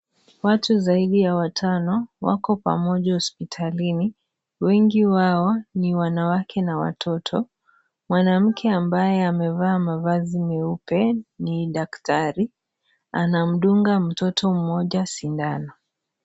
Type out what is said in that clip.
Watu zaidi ya watano wako pamoja hospitalini wengi wao ni wanawake na watoto, mwanamke ambaye amevaa mavazi meupe ni daktari anamdunga mtoto mmoja sindano.